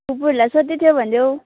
फुपूहरूलाई सोध्दैथियो भनिदेऊ